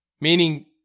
meaning